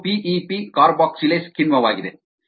ಇದು P E P carboxylase ಕಿಣ್ವವಾಗಿದೆ